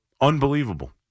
unbelievable